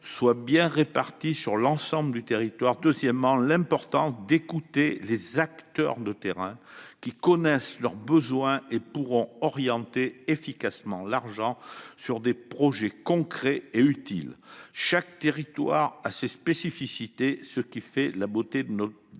soient bien répartis sur l'ensemble du territoire. Deuxièmement, l'importance d'écouter les acteurs de terrains, qui connaissent leurs besoins et qui pourront orienter efficacement l'argent sur des projets concrets et utiles. Chaque territoire a ses spécificités, ce qui fait la beauté de nos pays.